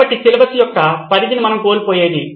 కాబట్టి సిలబస్ యొక్క పరిధి మనం కోల్పోయేది